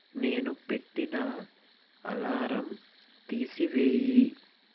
నేను పెట్టిన అలారం తీసివేయి